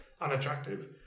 unattractive